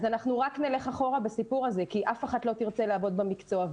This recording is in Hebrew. אז אנחנו רק נלך אחורה בסיפור הזה כי אף אחת לא תרצה לעבוד במקצוע,